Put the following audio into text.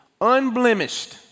unblemished